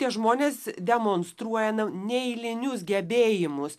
tie žmonės demonstruoja neeilinius gebėjimus